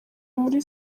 muri